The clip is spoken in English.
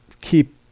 keep